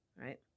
right